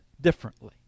differently